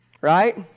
right